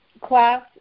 class